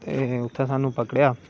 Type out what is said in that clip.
ते उत्थै स्हानू पकड़ेआ